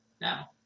now